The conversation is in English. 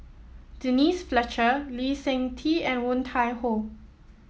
Denise Fletcher Lee Seng Tee and Woon Tai Ho